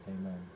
Amen